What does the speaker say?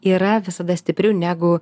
yra visada stipriau negu